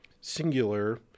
singular